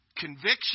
Conviction